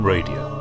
Radio